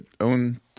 own